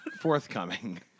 forthcoming